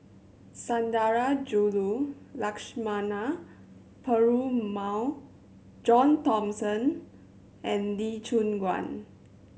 Sundarajulu Lakshmana Perumal John Thomson and Lee Choon Guan